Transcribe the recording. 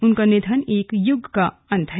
उनका निधन एक युग का अंत है